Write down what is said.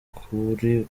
kuri